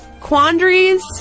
quandaries